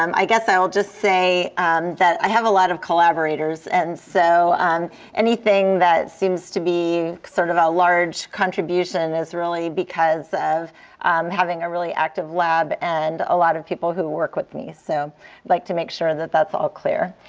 um i guess i will just say that i have a lot of collaborators. and so anything that seems to be sort of a large contribution is really because of having a really active lab and a lot of people who work with me. so i'd like to make sure that that's all clear.